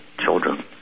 children